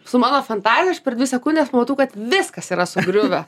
su mano fantazija aš per dvi sekundes pamatau kad viskas yra sugriuvę